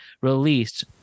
released